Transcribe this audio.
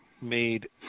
made